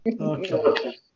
Okay